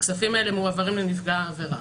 הכספים האלה מועברים לנפגע העבירה.